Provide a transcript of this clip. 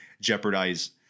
jeopardize